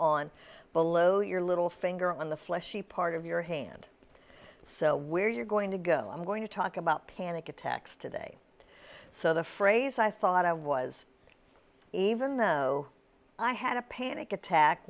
on below your little finger on the fleshy part of your hand so where you're going to go i'm going to talk about panic attacks today so the phrase i thought i was even though i had a panic attack